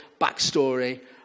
backstory